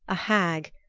a hag,